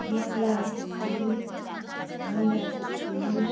Bimala Chhetri Naina Chhetri